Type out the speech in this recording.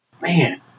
Man